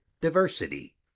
diversity